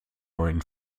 neuen